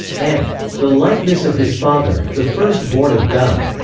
and the likeness of his father, the first-born of bel.